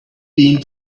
been